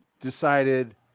decided